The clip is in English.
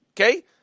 Okay